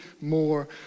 more